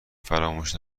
فراموش